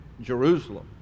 Jerusalem